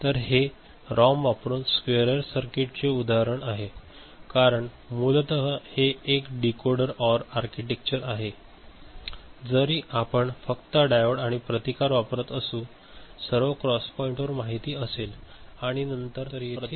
तर हे रॉम वापरुन स्क्वेअरर सर्किटचे उदाहरण आहे कारण मूलत हे एक डीकोडर ओर आर्किटेक्चर आहे जरी आपण फक्त डायोड आणि प्रतिकार वापरत असू सर्व क्रॉस पॉईंटवर माहित असेल आणि नंतर प्रतिरोधातून आउटपुट घेतले जाते